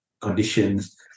conditions